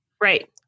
Right